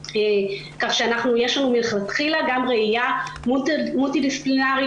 כך שיש לנו מלכתחילה ראייה מולטי-דיסציפלינרית